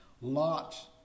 Lot's